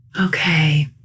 Okay